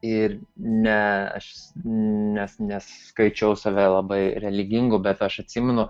ir ne aš ne neskaičiau save labai religingu bet aš atsimenu